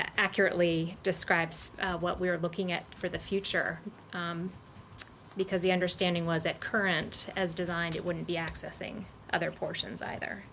i accurately describes what we are looking at for the future because the understanding was that current as designed it wouldn't be accessing other portions either